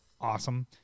awesome